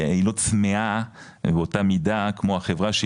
היא צמאה באותה מידה כמו החברה,